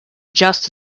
just